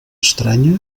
estranya